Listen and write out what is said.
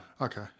Okay